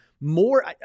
more